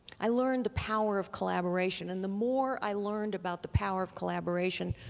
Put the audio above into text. i learned the power of collaboration and the more i learned about the power of collaboration,